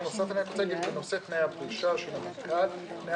בנושא תנאי הפרישה של המנכ"ל - תנאי